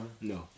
No